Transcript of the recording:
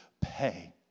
pay